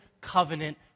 covenant